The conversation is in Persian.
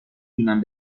دونم